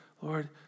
Lord